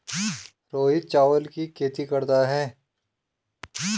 रोहित चावल की खेती करता है